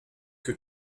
que